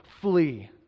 flee